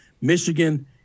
Michigan